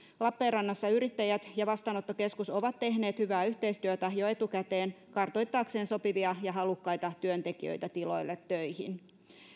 lappeenrannassa yrittäjät ja vastaanottokeskus ovat tehneet hyvää yhteistyötä jo etukäteen kartoittaakseen sopivia ja halukkaita työntekijöitä tiloille töihin